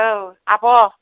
औ आब'